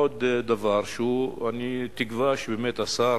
עוד דבר, ואני תקווה שהשר